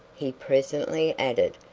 he presently added,